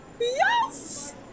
yes